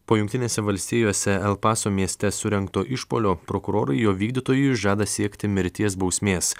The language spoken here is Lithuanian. po jungtinėse valstijose el paso mieste surengto išpuolio prokurorai jo vykdytojui žada siekti mirties bausmės